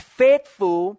faithful